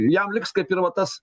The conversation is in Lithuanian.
jam liks kaip ir va tas